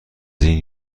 این